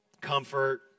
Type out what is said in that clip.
comfort